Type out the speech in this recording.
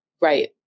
Right